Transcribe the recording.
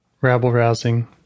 rabble-rousing